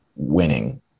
winning